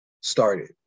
started